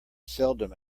seldom